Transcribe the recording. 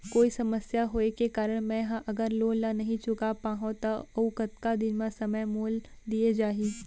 कोई समस्या होये के कारण मैं हा अगर लोन ला नही चुका पाहव त अऊ कतका दिन में समय मोल दीये जाही?